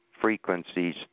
frequencies